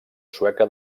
sueca